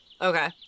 Okay